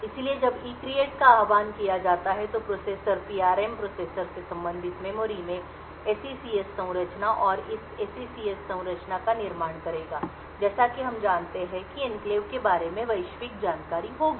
इसलिए जब ECREATE का आह्वान किया जाता है तो प्रोसेसर PRM प्रोसेसर से संबंधित मेमोरी में SECS संरचना और इस SECS संरचना का निर्माण करेगा जैसा कि हम जानते हैं कि एन्क्लेव के बारे में वैश्विक जानकारी होगी